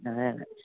അതെ അതെ